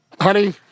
Honey